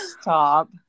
stop